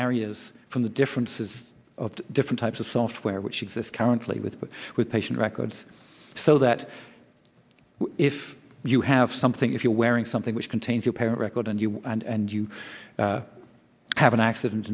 barriers from the differences of different types of software which exist currently with but with patient records so that if you have something if you're wearing something which contains your parent record and you and you have an accident